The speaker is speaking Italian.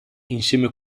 insieme